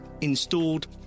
installed